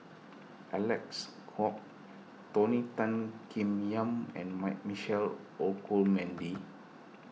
Alex Kuok Tony Tan Keng Yam and Mike Michael Olcomendy